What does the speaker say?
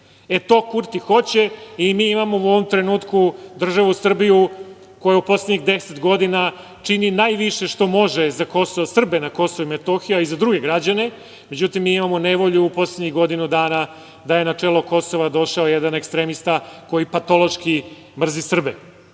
to Kurti hoće i mi imamo u ovom trenutku državu Srbiju koja u poslednjih deset godina čini najviše što može za Srbe na Kosovu i Metohiji, a i za druge građane. Međutim, mi imamo nevolju poslednjih godinu dana da je na čelo Kosova došao jedan ekstremista koji patološki mrzi